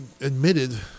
admitted